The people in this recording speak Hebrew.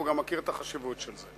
והוא גם מכיר את החשיבות של זה,